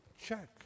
check